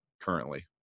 currently